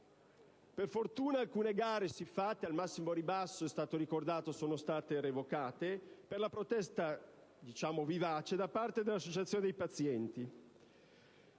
Per fortuna, alcune gare al massimo ribasso, è stato ricordato, sono state revocate per la protesta vivace da parte delle associazioni dei pazienti